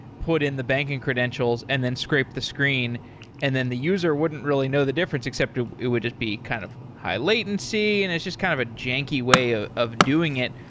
put in the banking credentials and then scrape the screen and then the user wouldn't really know the difference, except it would just be kind of high latency and it's just kind of a janky way ah of doing it,